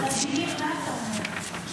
ולדימיר, מה אתה אומר?